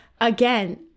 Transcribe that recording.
again